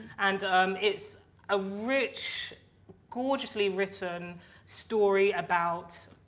and um it's a rich gorgeously written story about